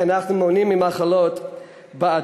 כי אנחנו מונעים מחלות בעתיד.